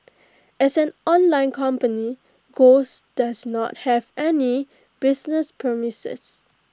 as an online company ghost does not have any business premises